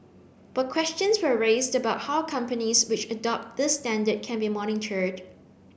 but questions were raised about how companies which adopt this standard can be monitored